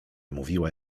mówiła